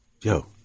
yo